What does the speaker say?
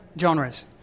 genres